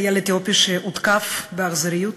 אתיופי שהותקף באכזריות